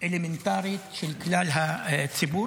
אלמנטרית של כלל הציבור.